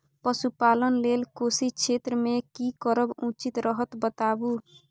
पशुपालन लेल कोशी क्षेत्र मे की करब उचित रहत बताबू?